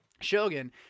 Shogun